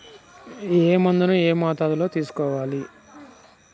ఏ మందును ఏ మోతాదులో తీసుకోవాలి?